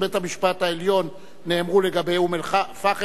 בית-המשפט העליון נאמר לגבי אום-אל-פחם,